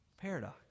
paradox